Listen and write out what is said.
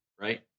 right